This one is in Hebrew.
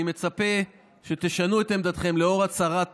אני מצפה שתשנו את עמדתכם לאור הצהרת